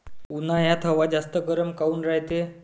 उन्हाळ्यात हवा जास्त गरम काऊन रायते?